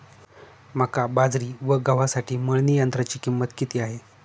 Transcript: मका, बाजरी व गव्हासाठी मळणी यंत्राची किंमत किती आहे?